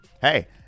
hey